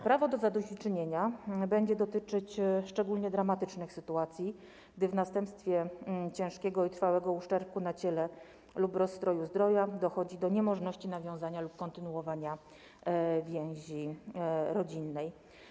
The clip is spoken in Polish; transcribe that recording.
Prawo do zadośćuczynienia będzie dotyczyć szczególnie dramatycznych sytuacji, gdy w następstwie ciężkiego i trwałego uszczerbku na ciele lub rozstroju zdrowia dochodzi do niemożności nawiązania lub kontynuowania więzi rodzinnej.